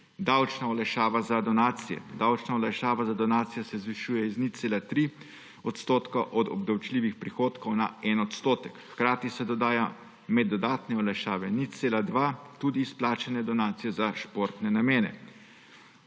Davčna olajšava za donacije. Davčna olajšava za donacije se zvišuje s 0,3 odstotka od obdavčljivih prihodkov na en odstotek, hkrati se dodaja med dodatne olajšave 0,2 tudi izplačane donacije za športne namene.